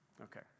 Okay